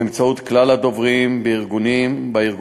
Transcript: באמצעות כלל הדוברים בארגונים,